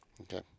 Okay